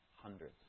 hundreds